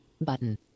button